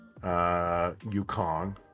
yukong